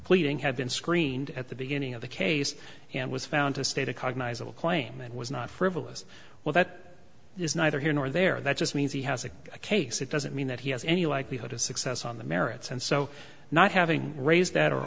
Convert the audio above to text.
pleading had been screened at the beginning of the case and was found to state a cognizable claim that was not frivolous well that is neither here nor there that just means he has a case it doesn't mean that he has any likelihood of success on the merits and so not having raised that or